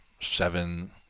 seven